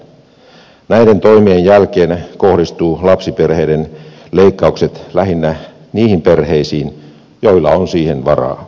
näiden toimien jälkeen kohdistuvat lapsiperheiden leikkaukset lähinnä niihin perheisiin joilla on niihin varaa